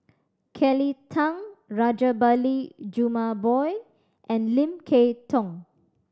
Kelly Tang Rajabali Jumabhoy and Lim Kay Tong